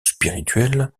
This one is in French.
spirituelle